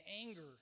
anger